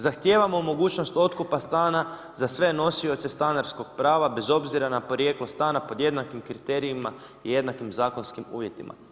Zahtijevamo mogućnost otkupa stana za sve nosioce stanarskog prava bez obzira na porijeklo stana pod jednakim kriterijima i jednakim zakonskim uvjetima.